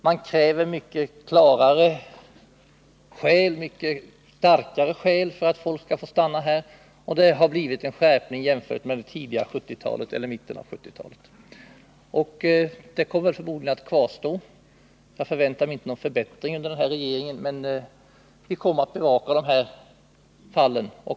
Man kräver klarare och starkare skäl för att folk skall få stanna här, och det har blivit en skärpning jämfört med 31 det tidigare 1970-talet eller mitten av 1970-talet. Jag förväntar mig inte någon förbättring under denna regering. Vi kommer dock att bevaka dessa fall.